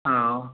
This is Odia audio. ହଁ